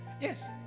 Yes